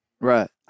Right